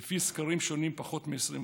לפי סקרים שונים פחות מ־20%.